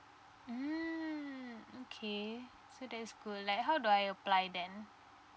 mm okay so that is good like how do I apply then